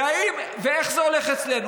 ואיך זה הולך אצלנו?